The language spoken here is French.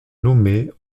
nommée